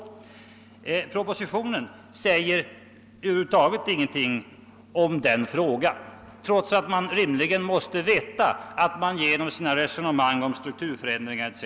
I propositionen sägs över huvud taget ingenting i frågan, trots att man rimligen måste veta att man genom sina resonemang om strukturförändringar etc.